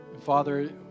Father